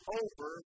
over